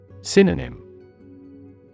Synonym